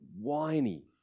whiny